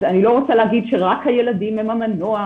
אז אני לא רוצה להגיד שרק הילדים הם המנוע,